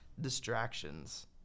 distractions